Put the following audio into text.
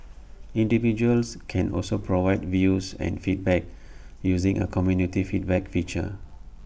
individuals can also provide views and feedback using A community feedback feature